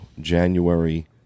January